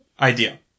idea